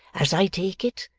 as i take it,